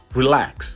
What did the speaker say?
relax